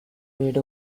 made